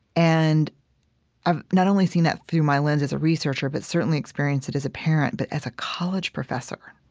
and i've not only seen that through my lens as a researcher, but certainly experienced it as a parent, but as a college professor.